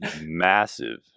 massive